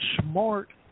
smart